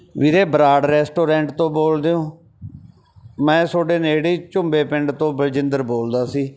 ਵੀਰੇ ਬਰਾੜ ਰੈਸਟੋਰੈਂਟ ਤੋਂ ਬੋਲਦੇ ਹੋ ਮੈਂ ਤੁਹਾਡੇ ਨੇੜੇ ਝੁੰਬੇ ਪਿੰਡ ਤੋਂ ਬਲਜਿੰਦਰ ਬੋਲਦਾ ਸੀ